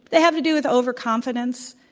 they have to do with overconfidence.